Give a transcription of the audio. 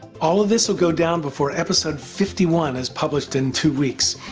all of this will go down before episode fifty one is published in two weeks.